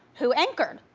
who anchored?